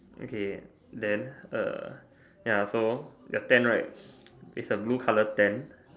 okay then uh ya so the tent right it's a blue color tent